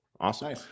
Awesome